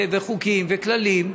וחוקים וכללים,